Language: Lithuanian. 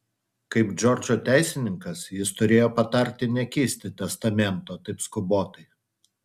kaip džordžo teisininkas jis turėjo patarti nekeisti testamento taip skubotai